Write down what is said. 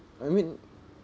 I mean